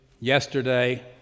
yesterday